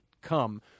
come